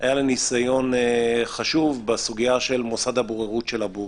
היה לנו ניסיון חשוב בסוגיה של מוסד הבוררות של הבורסה.